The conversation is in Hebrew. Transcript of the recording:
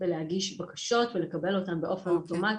בלהגיש בקשות ולקבל אותן באופן אוטומטי.